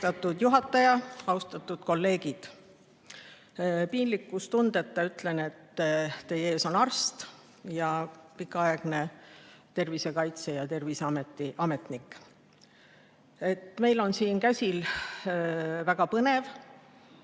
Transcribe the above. Austatud juhataja! Austatud kolleegid! Piinlikkustundeta ütlen, et teie ees on arst ja pikaaegne tervisekaitse ametnik. Meil on siin käsil väga põnev,